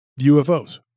UFOs